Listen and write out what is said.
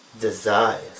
desires